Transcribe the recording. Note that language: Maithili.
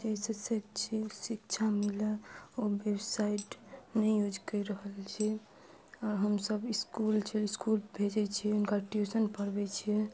जैसे शिक्षित शिक्षा मिलय ओ वेबसाइट नहि यूज करि रहल छी आओर हमसब इसकुल छै इसकुल भेजै छियै हुनका ट्यूशन पढ़बै छियै